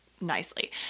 nicely